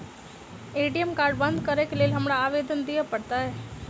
ATM card बंद करैक लेल हमरा आवेदन दिय पड़त?